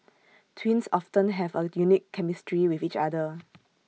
twins often have A unique chemistry with each other